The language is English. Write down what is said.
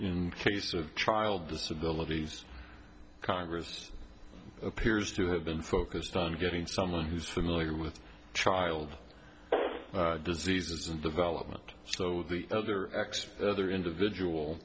in cases of child disabilities congress appears to have been focused on getting someone who's familiar with child diseases and development so that other experts other individual